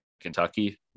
Kentucky